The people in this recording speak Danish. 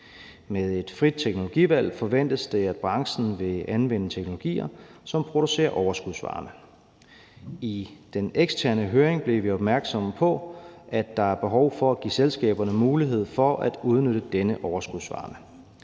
Med et frit teknologivalg forventes det, at branchen vil anvende teknologier, som producerer overskudsvarme. I den eksterne høring blev vi opmærksomme på, at der er behov for at give selskaberne mulighed for at udnytte denne overskudsvarme.